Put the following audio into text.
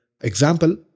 example